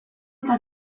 eta